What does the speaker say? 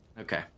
Okay